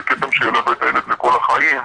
זה כתם שילווה את הילד לכל החיים,